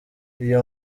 iyo